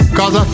Cause